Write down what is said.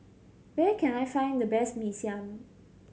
where can I find the best Mee Siam